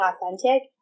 authentic